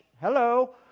hello